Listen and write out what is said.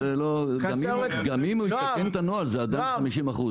גם אם הם מכירים את הנוהל, זה עדיין חמישים אחוז.